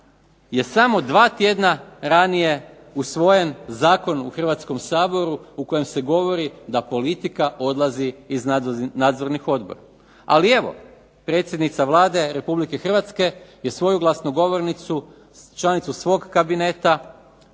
je samo dva tjedna ranije usvojen zakon u Hrvatskom saboru u kojem se govori da politika odlazi iz nadzornih odbora. Ali evo predsjednica Vlada Republike Hrvatske je svoju glasnogovornicu članicu svog kabineta